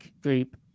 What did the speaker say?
group